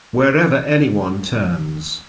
wherever anyone turns,